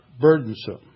burdensome